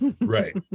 Right